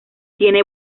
tiene